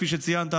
כפי שציינת,